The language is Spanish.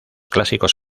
clásicos